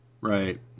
Right